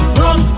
run